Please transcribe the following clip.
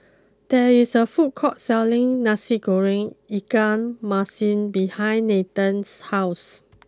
there is a food court selling Nasi Goreng Ikan Masin behind Nathen's house